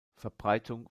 verbreitung